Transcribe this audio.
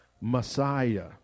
messiah